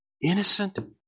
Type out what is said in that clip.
Innocent